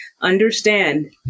Understand